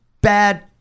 bad